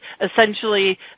essentially